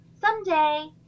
someday